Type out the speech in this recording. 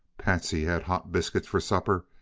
patsy had hot biscuits for supper,